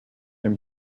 him